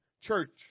church